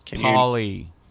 Polly